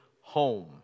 home